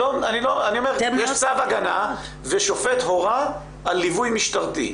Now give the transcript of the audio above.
אני אומר שאם יש צו הגנה ושופט הורה על ליווי משטרתי.